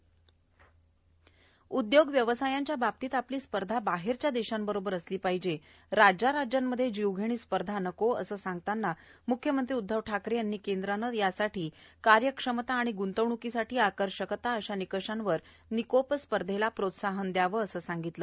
मुख्यमंत्री उद्योग व्यवसायांच्या बाबतीत आपली स्पर्धा बाहेरच्या देशांबरोबर असली पाहिजे राज्या राज्यांत जीवघेणी स्पर्धा नको असे सांगताना मुख्यमंत्री उद्धव ठाकरे यांनी केंद्राने यासाठी कार्यक्षमता वगूंतवणूकीसाठी आकर्षकता अशा निकषांवर निकोप स्पर्धेला प्रोत्साहन द्यावे असे सांगितले